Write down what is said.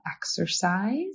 exercise